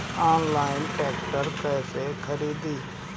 Online tractor कैसे खरदी?